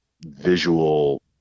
visual